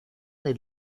del